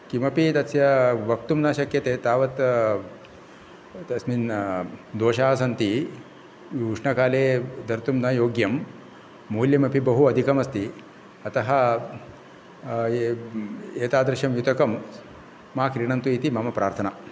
किमपि तस्य वक्तुं न शक्यते तावत् तस्मिन् दोषाः सन्ति उष्णकाले धर्तुं न योग्यं मूल्यमपि बहु अधिकम् अस्ति अतः एतादृशं युतकं मा क्रीणन्तु इति मम प्रार्थना